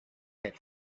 had